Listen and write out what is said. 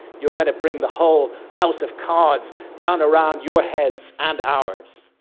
you're gonna bring the whole house of cards down around your heads, and ours.